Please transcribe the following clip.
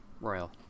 Royal